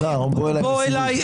אלעזר, בוא אליי לסיבוב.